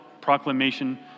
proclamation